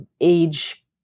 age